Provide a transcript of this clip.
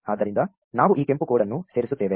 ಆದ್ದರಿಂದ ನಾವು ಈ ಕೆಂಪು ಕೋಡ್ ಅನ್ನು ಸೇರಿಸುತ್ತೇವೆ